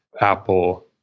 Apple